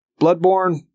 Bloodborne